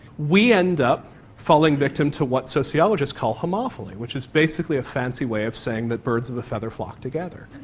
we end up falling victim to what sociologists call homophily, which is basically a fancy way of saying that birds of a feather flock together.